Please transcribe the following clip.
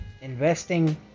investing